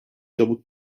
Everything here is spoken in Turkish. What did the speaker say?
çabuk